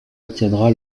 obtiendra